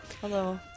Hello